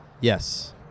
Yes